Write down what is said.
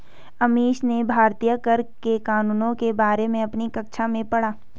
अमीश ने भारतीय कर के कानूनों के बारे में अपनी कक्षा में पढ़ा